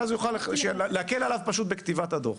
ואז זה יוכל להקל עליו פשוט בכתיבת הדו"ח.